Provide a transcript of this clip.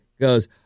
goes